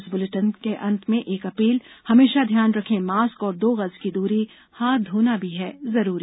इस बुलेटिन के अंत मे एक अपील हमेशा ध्यान रखे मास्क और दो गज की दूरी हाथ धोना भी है जरूरी